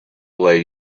lay